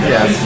Yes